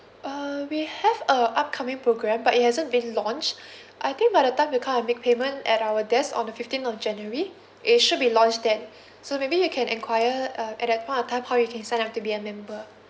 uh we have a upcoming program but it hasn't been launched I think by the time you come and make payment at our desk on the fifteenth of january it should be launched then so maybe you can enquire uh at that point of time how you can sign up to be a member